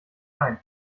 ein